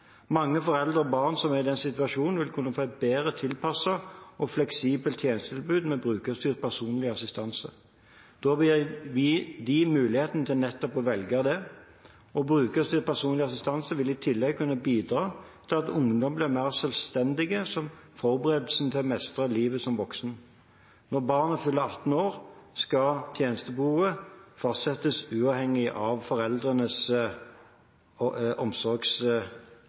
Mange foreldre og barn som er i den situasjonen, vil kunne få et bedre tilpasset og fleksibelt tjenestetilbud med brukerstyrt personlig assistanse. Da bør vi gi dem muligheten til nettopp å velge det. Brukerstyrt personlig assistanse vil i tillegg kunne bidra til at ungdom blir mer selvstendige – en forberedelse til å mestre livet som voksen. Når barnet fyller 18 år, skal tjenestebehovet fastsettes uavhengig av foreldrenes